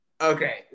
Okay